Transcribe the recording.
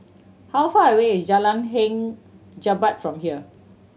how far away is Jalan Hang Jebat from here